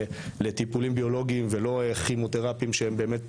לטיפולים ביולוגיים ולא כימותרפיים שהם באמת,